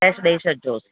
cash ॾई छॾिजोसि